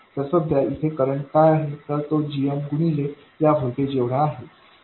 तर सध्या येथे करंट काय आहे तर तो gm गुणिले या व्होल्टेज एवढा आहे